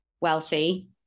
wealthy